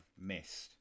missed